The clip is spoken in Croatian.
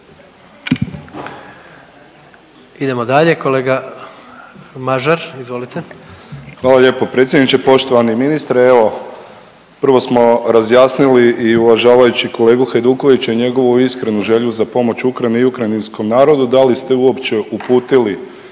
Idemo dalje, kolega Mažar, izvolite. **Mažar, Nikola (HDZ)** Hvala lijepo predsjedniče. Poštovani ministre, evo, prvo smo razjasnili i uvažavajući kolegu Hajdukovića i njegovu iskrenu želju za pomoć Ukrajini i ukrajinskom narodu, da li ste uopće uputili